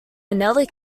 another